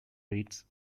rates